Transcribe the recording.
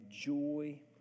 joy